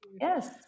yes